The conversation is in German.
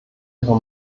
ihre